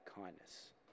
kindness